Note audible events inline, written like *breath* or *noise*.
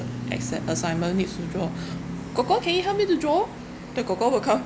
exam assignment needs to draw *breath* kor kor can you help me to draw the kor kor will come